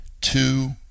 two